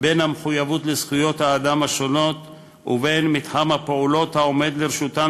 בין המחויבות לזכויות האדם השונות ובין מתחם הפעולות העומד לרשותה